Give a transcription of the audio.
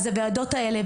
אז הוועדות האלה,